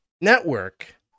network